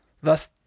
Thus